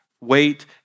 wait